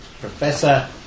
Professor